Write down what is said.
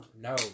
No